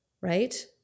Right